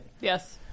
Yes